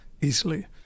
easily